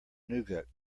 nougat